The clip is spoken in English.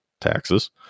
taxes